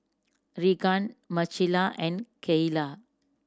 Reagan Marcella and Kaela